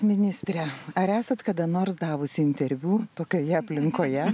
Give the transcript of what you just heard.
ministre ar esat kada nors davusi interviu tokioje aplinkoje